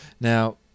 Now